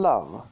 Love